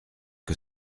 que